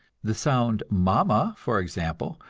the sound mama, for example,